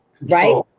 Right